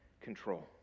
control